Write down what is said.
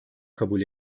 kabul